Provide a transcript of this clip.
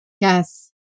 Yes